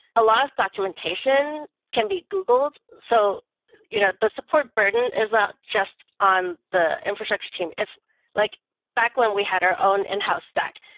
a lot of documentation can be googled. so you know the support burden is not just on the infrastructure team. like back when we had our own in-house stack,